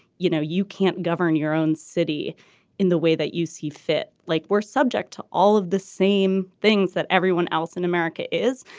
you know you can't govern your own city in the way that you see fit like were subject to all of the same things that everyone else in america is.